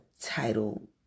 title